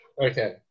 Okay